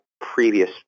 previous